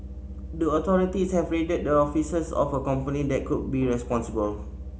the authorities have raided the offices of a company that could be responsible